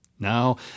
Now